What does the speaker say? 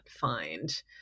find